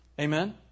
Amen